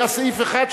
היה סעיף אחד,